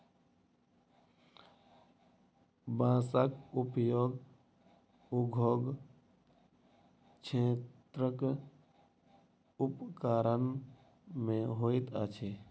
बांसक उपयोग उद्योग क्षेत्रक उपकरण मे होइत अछि